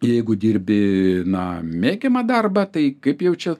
jeigu dirbi na mėgiamą darbą tai kaip jau čia